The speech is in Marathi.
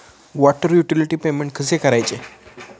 वॉटर युटिलिटी पेमेंट कसे करायचे?